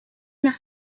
nach